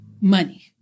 money